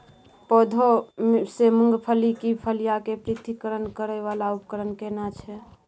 पौधों से मूंगफली की फलियां के पृथक्करण करय वाला उपकरण केना छै?